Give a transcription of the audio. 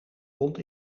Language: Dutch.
rond